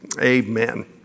Amen